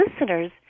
listeners